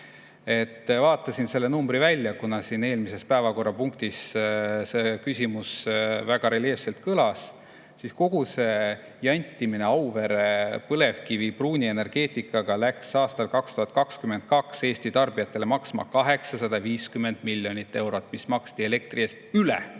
[Otsisin] selle numbri välja, kuna eelmises päevakorrapunktis see küsimus väga reljeefselt kõlas. Kogu see jantimine Auvere põlevkivi pruuni energeetikaga läks aastal 2022 Eesti tarbijatele maksma 850 miljonit eurot. [See summa] maksti elektri eest üle